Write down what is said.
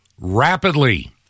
Rapidly